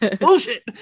bullshit